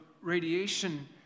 radiation